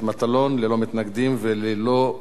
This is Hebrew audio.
ללא מתנגדים וללא נמנעים,